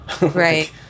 Right